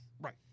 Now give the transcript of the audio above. Right